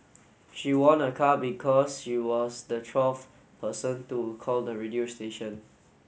she won a car because she was the twelfth person to call the radio station